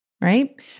right